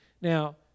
Now